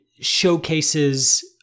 showcases